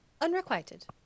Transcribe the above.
Unrequited